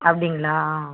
அப்படிங்களா ஆ